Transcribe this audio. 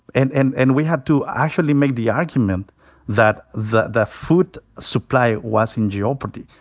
and and and we had to actually make the argument that the the food supply was in jeopardy.